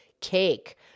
cake